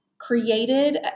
created